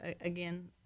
again